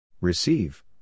Receive